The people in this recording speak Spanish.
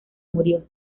murió